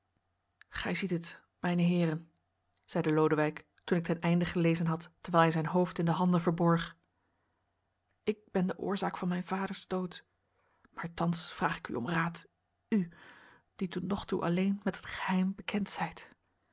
gij ziet het mijne heeren zeide lodewijk toen ik ten einde gelezen had terwijl hij zijn hoofd in de handen verborg ik ben de oorzaak van mijns vaders dood maar thans vraag ik u om raad u die tot nog toe alleen met het geheim bekend zijt